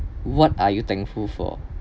what are you thankful for